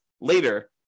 later